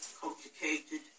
complicated